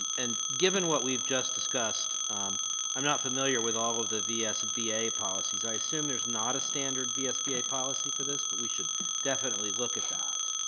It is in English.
and given what we've just discussed i'm not familiar with all of the vsba policies i assume there's not a standard vsba policy for this but we should definitely look at that.